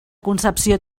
concepció